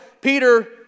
Peter